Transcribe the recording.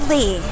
Lee